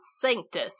Sanctus